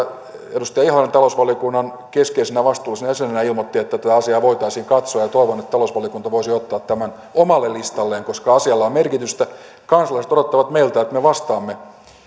edustaja ihalainen talousvaliokunnan keskeisenä vastuullisena jäsenenä ilmoitti että tätä asiaa voitaisiin katsoa ja toivon että talousvaliokunta voisi ottaa tämän omalle listalleen koska asialla on merkitystä kansalaiset odottavat meiltä että me vastaamme